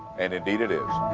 and and the loop.